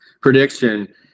prediction